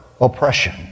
oppression